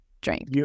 drink